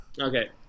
Okay